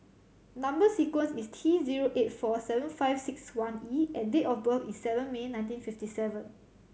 number sequence is T zero eight four seven five six one E and date of birth is seven May nineteen fifty seven